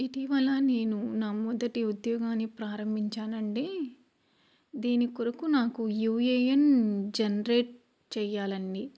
ఇటీవల నేను నా మొదటి ఉద్యోగాన్ని ప్రారంభించానండీ దీని కొరకు నాకు యూ ఏ ఎన్ జనరేట్ చెయాలండీ